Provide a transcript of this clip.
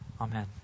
Amen